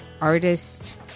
artist